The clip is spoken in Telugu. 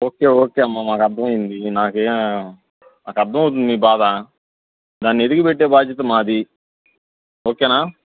ఓకే ఓకే అమ్మా మాకు అర్థమైంది నాకేమి నాకర్దమవుతుంది మీ బాధ దాన్ని వెతికిపెట్టే బాధ్యత మాది ఓకేనా